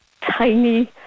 tiny